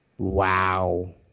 Wow